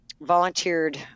volunteered